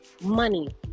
money